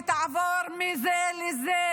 ותעבור מזה לזה,